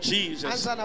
Jesus